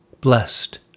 blessed